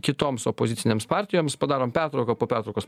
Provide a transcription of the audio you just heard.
kitoms opozicinėms partijoms padarom pertrauką po pertraukos